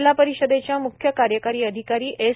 जिल्हा परिषदेच्या म्ख्य कार्यकारी अधिकारी एस